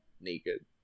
naked